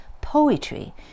poetry